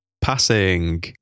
passing